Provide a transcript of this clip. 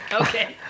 Okay